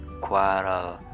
quarrel